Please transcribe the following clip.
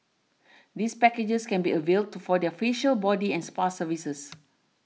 these packages can be availed to for their facial body and spa services